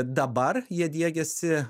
dabar jie diegiasi